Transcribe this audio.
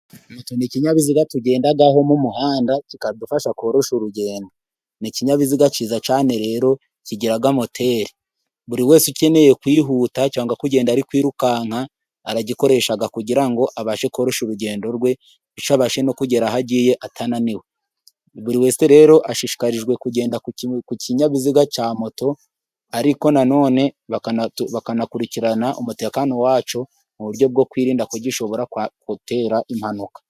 Ikinyabiziga tugendaho mu muhanda, kikadufasha korosha urugendo. Ni ikinyabiziga cyiza cyane rero kigira moteri. Buri wese ukeneye kwihuta cyangwa kugenda arikwirukanka aragikoresha kugirango abashe korosha urugendo rwe. Bityo abashe no kugera aho agiye atananiwe. Buri wese rero ashishikarijwe kugenda ku kinyabiziga cya moto, ariko nanone bakanakurikirana umutekano wacyo, mu buryo bwo kwirinda ko gishobora gutera impanuka.